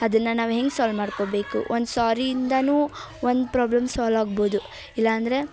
ಅದನ್ನು ನಾವು ಹೆಂಗೆ ಸಾಲ್ವ್ ಮಾಡ್ಕೊಬೇಕು ಒಂದು ಸ್ವಾರಿಯಿಂದನು ಒಂದು ಪ್ರಾಬ್ಲಮ್ ಸಾಲ್ವ್ ಆಗ್ಬೋದು ಇಲಾಂದರೆ